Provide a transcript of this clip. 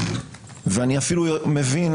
ואני אפילו מבין